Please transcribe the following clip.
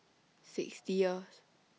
sixtieth